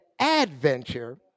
adventure